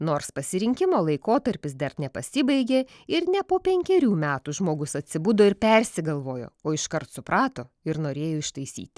nors pasirinkimo laikotarpis dar nepasibaigė ir ne po penkerių metų žmogus atsibudo ir persigalvojo o iškart suprato ir norėjo ištaisyti